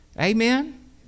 Amen